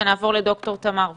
ונעבור לד"ר תמר וולף.